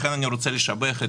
לכן אני רוצה לשבח את